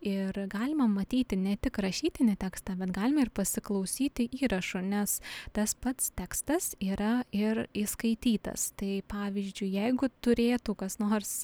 ir galima matyti ne tik rašytinį tekstą bet galima ir pasiklausyti įrašo nes tas pats tekstas yra ir įskaitytas tai pavyzdžiui jeigu turėtų kas nors